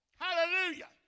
Hallelujah